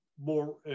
more